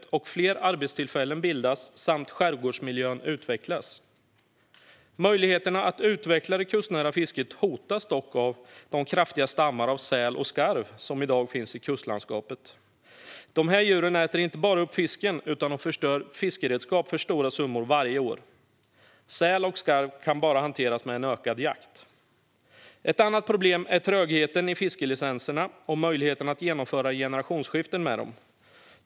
Dessutom kan fler arbetstillfällen skapas och skärgårdsmiljön utvecklas. Möjligheterna att utveckla det kustnära fisket hotas dock av de kraftiga stammar av säl och skarv som i dag finns i kustlandskapet. Dessa djur äter inte bara upp fisken utan förstör dessutom fiskeredskap för stora summor varje år. Säl och skarv kan bara hanteras med en ökad jakt. Ett annat problem är trögheten i fiskelicenserna och möjligheten att genomföra generationsskiften med dem.